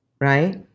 right